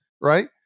right